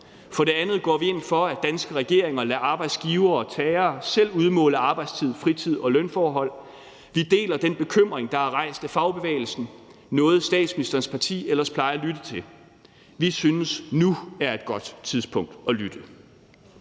For det andet går vi ind for, at danske regeringer lader arbejdsgivere og arbejdstagere selv udmåle arbejdstid, fritid og lønforhold. Vi deler den bekymring, der er rejst af fagbevægelsen, noget, som statsministerens parti ellers plejer at lytte til. Vi synes, at nu er et godt tidspunkt at lytte.